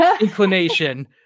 inclination